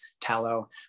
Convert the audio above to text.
tallow